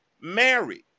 married